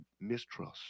mistrust